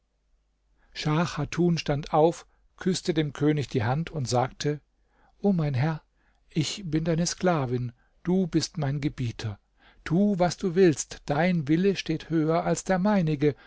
schah chatun stand auf küßte dem könig die hand und sagte o mein herr ich bin deine sklavin du bist mein gebieter tu was du willst dein wille steht höher als der meinige